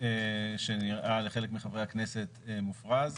שנראה לחלק מחברי הכנסת מופרז,